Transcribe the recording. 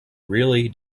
really